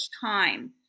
time